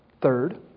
Third